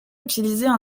utilisaient